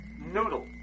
noodle